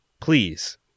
please